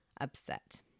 upset